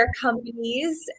companies